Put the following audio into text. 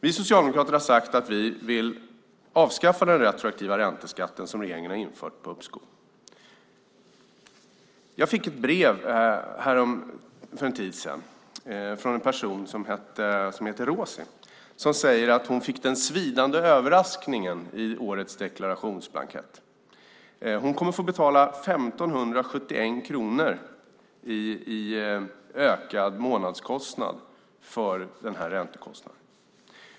Vi socialdemokrater har sagt att vi vill avskaffa den retroaktiva ränteskatten på uppskov som regeringen har infört. Jag fick ett brev för en tid sedan från en person som heter Rosy, som säger att hon fick en svidande överraskning i årets deklarationsblankett. Hon kommer att få 1 571 kronor i ökad månadskostnad för den här räntekostnaden.